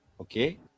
okay